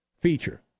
feature